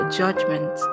judgment